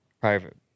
private